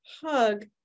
hug